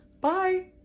bye